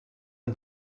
and